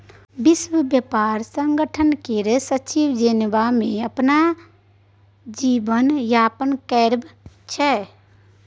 विश्व ब्यापार संगठन केर सचिव जेनेबा मे अपन जीबन यापन करै छै